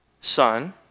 Son